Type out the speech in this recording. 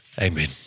Amen